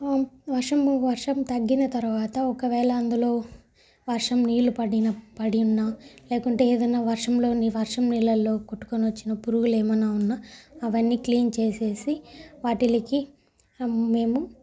వర్షము వర్షం తగ్గిన తర్వాత ఒకవేళ అందులో వర్షం నీళ్ళు పడిన పడిఉన్నా లేకుంటే ఏదన్నా వర్షంలోని వర్షం నీళ్ళల్లో కొట్టుకొని వచ్చిన పురుగులేమన్నా ఉన్నా అవన్నీ క్లీన్ చేసేసి వాటిలకి మేము